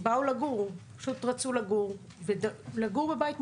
באו לגור, פשוט רצו לגור בבית משלהם,